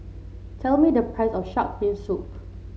tell me the price of shark fin soup